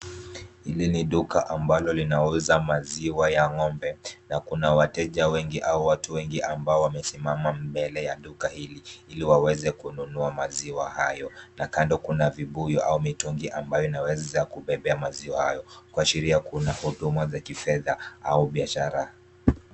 Hili ni duka ambalo linauza maziwa ya ng'ombe na wateja wengi au watu wengi ambao wamesimama mbele ya duka hili ili waweze kununua maziwa hayo na kando kuna vibuyu au mitungi ambayo inaweza kubebea maziwa hayo kuashiria kuna huduma za kifedha au biashara.